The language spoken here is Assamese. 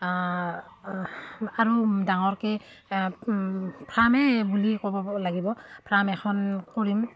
আৰু ডাঙৰকৈ ফ্ৰামেই বুলি ক'ব লাগিব ফ্ৰৰ্ম এখন কৰিম